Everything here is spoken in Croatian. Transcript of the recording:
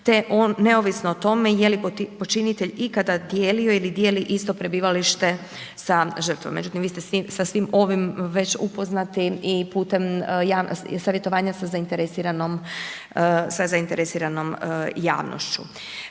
on neovisno o tome je li počinitelj ikada dijelio ili dijeli isto prebivalište sa žrtvom. Međutim, vi ste svi, sa svim ovim već upoznati i putem savjetovanja sa zainteresiranom, sa